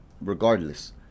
regardless